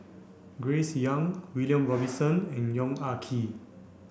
Grace Young William Robinson and Yong Ah Kee